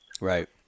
Right